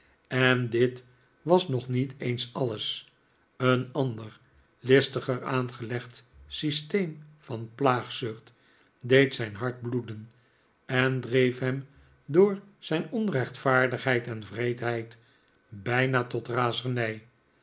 en dit was nog niet eens alles een ander listiger aangelegd systeem van plaagzucht deed zijn hart bloeden en dreef hem door zijn onrechtvaardigheid en wreedheid bijna tot razernij